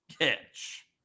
catch